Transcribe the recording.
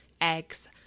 eggs